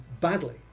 badly